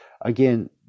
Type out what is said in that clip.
again